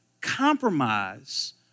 compromise